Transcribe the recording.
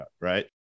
right